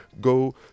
Go